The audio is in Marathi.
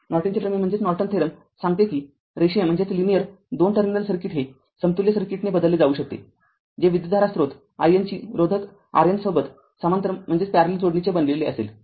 तरनॉर्टनचे प्रमेय सांगते कि रेषीय २ टर्मिनल सर्किट हे समतुल्य सर्किटने बदलले जाऊ शकते जे विद्युतधारा स्रोत i N ची रोधक R n सोबत समांतर जोडणीचे बनले असेल